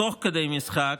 תוך כדי משחק,